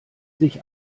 sich